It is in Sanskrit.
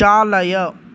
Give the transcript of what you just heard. चालय